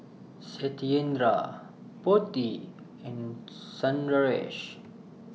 Satyendra Potti and Sundaresh